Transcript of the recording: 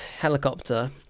helicopter